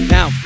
Now